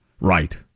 Right